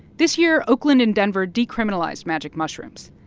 this year, oakland and denver decriminalized magic mushrooms,